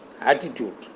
attitude